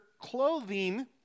clothing